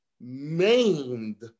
maimed